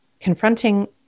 confronting